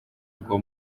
rwo